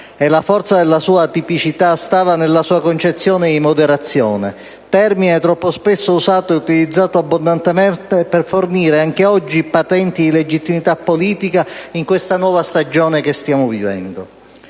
La forza della sua atipicità stava nella sua concezione di moderazione, termine troppo spesso abusato e utilizzato abbondantemente anche oggi per fornire patenti di legittimità politica in questa nuova stagione che stiamo vivendo.